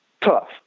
tough